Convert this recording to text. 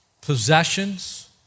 possessions